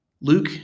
Luke